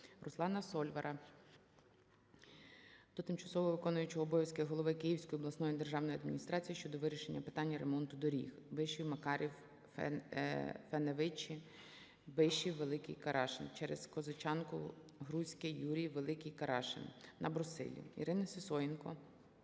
Руслана Сольвара до тимчасово виконуючого обов'язки голови Київської обласної державної адміністрації щодо вирішення питання ремонту доріг: Бишів - Макарів - Феневичі, Бишів - Великий Карашин через Козичанку, Грузьке, Юрів - Великий Карашин (на Брусилів). Ірини Сисоєнко